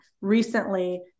recently